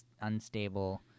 unstable